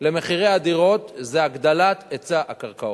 למחירי הדירות, זה הגדלת היצע הקרקעות.